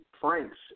Franks